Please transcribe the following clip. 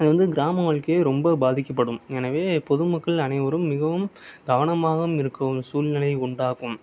அது வந்து கிராம வாழ்க்கையே ரொம்ப பாதிக்கப்படும் எனவே பொதுமக்கள் அனைவரும் மிகவும் கவனமாகவும் இருக்கவும் சூழ்நிலை உண்டாகும்